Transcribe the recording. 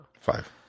Five